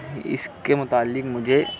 اس کے متعلق مجھے